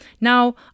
Now